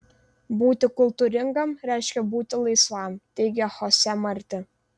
būti kultūringam reiškia būti laisvam teigia chose marti